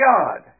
God